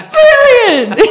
Brilliant